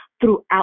Throughout